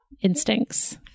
instincts